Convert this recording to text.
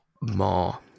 More